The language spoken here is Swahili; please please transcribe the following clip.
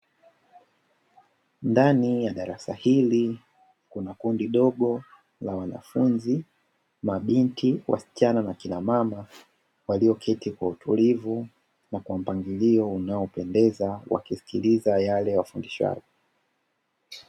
Ndani ya darasa hili kuna kundi dogo la wanafunzi mabinti, wasichana na wakina mama, walioketi kwa utulivu na kwa mpangilio unaopendeza wakisikiliza yale wafundishwayo.